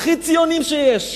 הכי ציונים שיש,